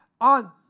on